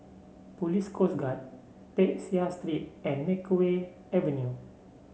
Police Coast Guard Peck Seah Street and Makeway Avenue